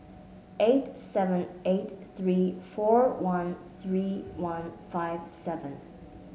eight seven eight three four one three one five seven